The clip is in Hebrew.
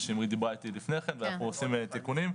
שמרית דיברה איתי לפני כן ואנחנו עושים תיקונים.